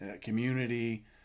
community